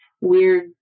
weird